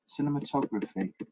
cinematography